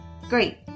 great